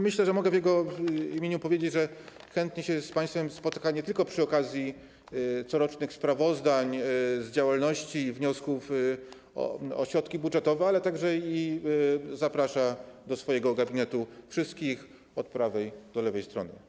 Myślę, że mogę w jego imieniu powiedzieć, że nie tylko chętnie się z państwem spotka przy okazji corocznych sprawozdań z działalności i składania wniosków o środki budżetowe, ale także zaprasza do swojego gabinetu wszystkich, od prawej do lewej strony.